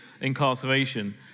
incarceration